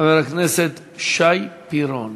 חבר הכנסת שי פירון,